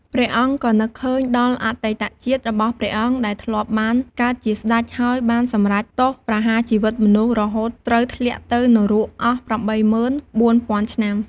ព្រះអង្គក៏នឹកឃើញដល់អតីតជាតិរបស់ព្រះអង្គដែលធ្លាប់បានកើតជាស្តេចហើយបានសម្រេចទោសប្រហារជីវិតមនុស្ស រហូតត្រូវធ្លាក់ទៅ នរកអស់ ៨ ម៉ឺន ៤ ពាន់ឆ្នាំ។